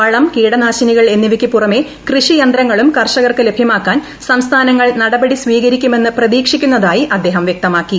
വളം കീടനാശിനികൾ എന്നിവയ്ക്ക് പുറമേ കൃഷിയന്ത്രങ്ങളും കർഷകർക്ക് ലഭ്യമാക്കാൻ സംസ്ഥാനങ്ങൾ നടപടി സ്വീകരിക്കുമെന്ന് പ്രതീക്ഷിക്കുന്നതായി അദ്ദേഹം വൃക്തമാക്കി